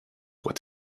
what